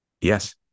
yes